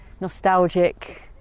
nostalgic